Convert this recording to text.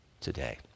today